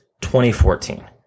2014